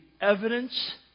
evidence